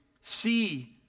See